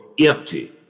empty